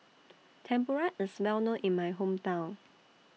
Tempura IS Well known in My Hometown